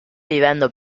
vivendo